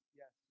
yes